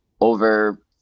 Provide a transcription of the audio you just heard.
over